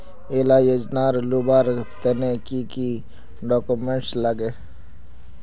इला योजनार लुबार तने की की डॉक्यूमेंट लगे?